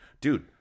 dude